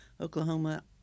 Oklahoma